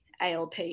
ALP